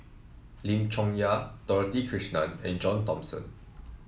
Lim Chong Yah Dorothy Krishnan and John Thomson